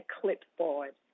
clipboard